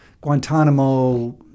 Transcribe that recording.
Guantanamo